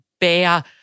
bear